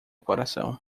coração